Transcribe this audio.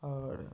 আর